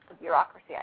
bureaucracy